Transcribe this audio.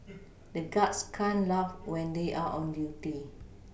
the guards can't laugh when they are on duty